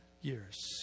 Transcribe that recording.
years